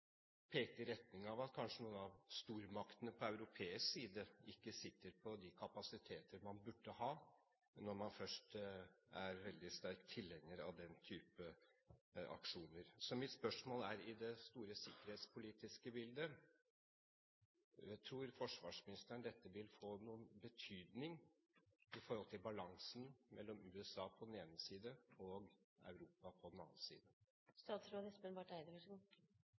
i retning av at noen av stormaktene på europeisk side kanskje ikke sitter på de kapasiteter man burde ha, når man først er veldig sterk tilhenger av den type aksjoner. Mitt spørsmål er: I det store sikkerhetspolitiske bildet – tror forsvarsministeren dette vil få noen betydning i forhold til balansen mellom USA på den ene side og Europa på den